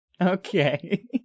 Okay